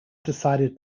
decided